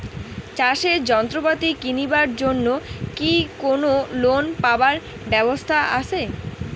চাষের যন্ত্রপাতি কিনিবার জন্য কি কোনো লোন পাবার ব্যবস্থা আসে?